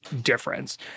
difference